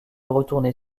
retourner